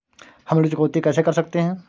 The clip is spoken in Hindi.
हम ऋण चुकौती कैसे कर सकते हैं?